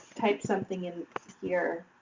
type something and here